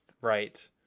right